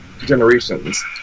generations